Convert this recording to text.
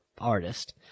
artist